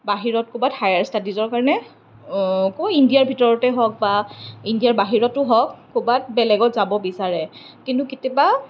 বাহিৰত ক'ৰবাত হায়াৰ ষ্টাডিজৰ কাৰণে কৈ ইণ্ডিয়াৰ ভিতৰতে হওক বা ইণ্ডিয়াৰ বাহিৰতো হওক ক'ৰবাত বেলেগত যাব বিচাৰে কিন্তু কেতিয়াবা